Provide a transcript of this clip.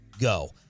go